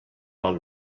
del